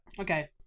Okay